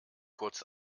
kurz